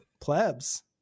plebs